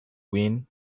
wind